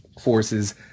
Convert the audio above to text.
forces